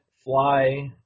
Fly